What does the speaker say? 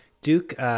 Duke